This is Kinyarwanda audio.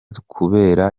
kubera